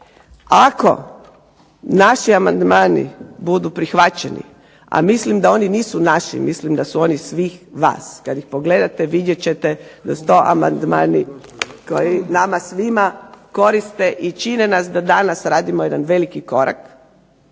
ako naši amandmani budu prihvaćeni, a mislim da oni nisu naši, mislim da su oni svih vas. Kada ih pogledate vidjet ćete da su to amandmani koji nama svima koriste i čine nas da danas radimo jedan veliki korak,